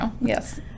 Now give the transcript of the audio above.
yes